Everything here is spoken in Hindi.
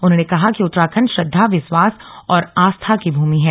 उन्होंने कहा कि उत्तराखण्ड श्रद्धा विश्वास और आस्था की भूमि है